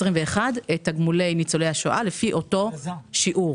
את תגמולי ניצולי השואה לפי אותו שיעור.